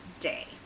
day